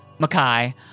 Makai